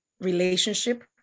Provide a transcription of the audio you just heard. Relationship